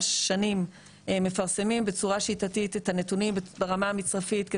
שנים מפרסמים בצורה שיטתית את הנתונים ברמה המצרפית,